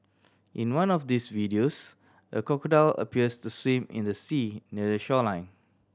in one of these videos a crocodile appears to swim in the sea near the shoreline